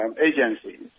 agencies